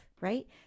right